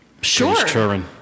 Sure